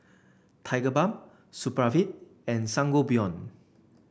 Tigerbalm Supravit and Sangobion